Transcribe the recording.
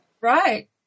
right